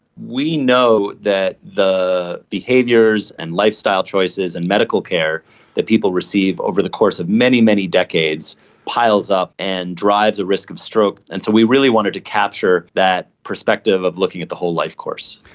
we know that the behaviours and lifestyle choices and medical care that people receive over the course of many, many decades piles up and drives a risk of stroke, and so we really wanted to capture that perspective of looking at the whole life course.